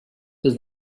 does